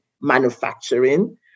manufacturing